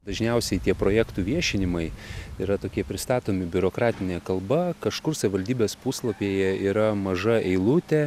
dažniausiai tie projektų viešinimai yra tokie pristatomi biurokratine kalba kažkur savivaldybės puslapyje yra maža eilutė